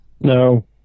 No